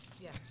Yes